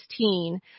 2016